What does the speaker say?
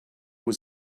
was